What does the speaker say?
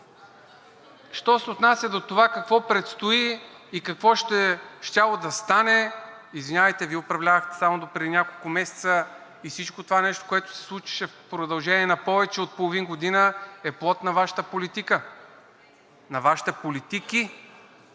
Що се отнася до това какво предстои и какво щяло да стане – извинявайте, Вие управлявахте само допреди няколко месеца и всяко нещо, което се случваше в продължение на повече от половин година, е плод на Вашата политика, на Вашите политики.